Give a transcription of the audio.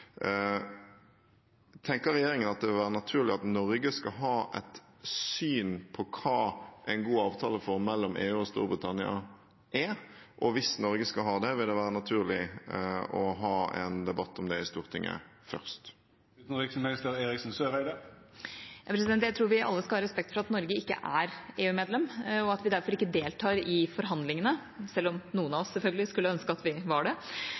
Tenker regjeringen at det vil være naturlig at Norge skal ha et syn på hva en god avtaleform mellom Norge og Storbritannia er? Og hvis Norge skal ha det, vil det være naturlig å ha en debatt om det i Stortinget først? Jeg tror vi alle skal ha respekt for at Norge ikke er EU-medlem, og at vi derfor ikke deltar i forhandlingene, selv om noen av oss selvfølgelig skulle ønske at vi var det.